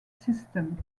system